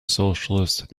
socialist